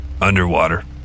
underwater